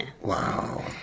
Wow